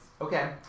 Okay